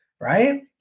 right